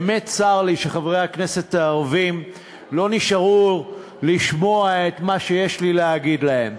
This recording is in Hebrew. באמת צר לי שחברי הכנסת הערבים לא נשארו לשמוע את מה שיש לי להגיד להם.